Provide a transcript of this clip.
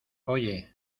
oye